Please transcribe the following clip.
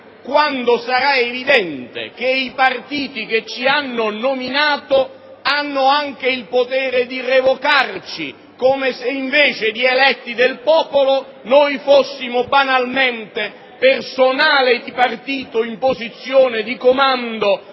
quando sarà evidente che i partiti che ci hanno nominato hanno anche il potere di revocarci come, se invece di eletti del popolo, fossimo banalmente personale di partito in posizione di comando